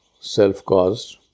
self-caused